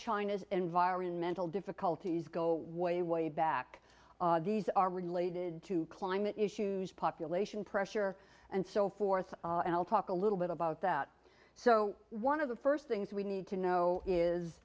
china's environmental difficulties go way way back these are related to climate issues population pressure and so forth and i'll talk a little bit about that so one of the first things we need to know is